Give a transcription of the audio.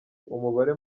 umubare